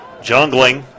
Jungling